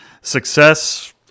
success